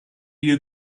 you